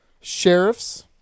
sheriffs